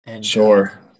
Sure